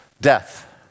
death